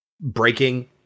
breaking